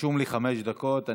רשום לי חמש דקות.